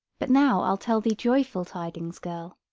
but now i'll tell thee joyful tidings, girl.